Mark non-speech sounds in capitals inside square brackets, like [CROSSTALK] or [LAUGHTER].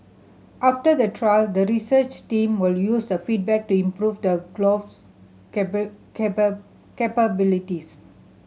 after the trial the research team will use the feedback to improve the glove's [UNINTELLIGIBLE] capabilities